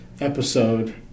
episode